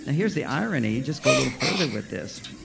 ah here's the irony. just go a little further with this.